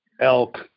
elk